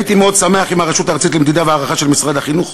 הייתי מאוד שמח אם הרשות הארצית למדידה והערכה של משרד החינוך